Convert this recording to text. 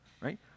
right